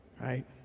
Right